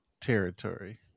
territory